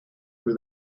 for